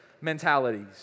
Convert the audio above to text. mentalities